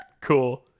Cool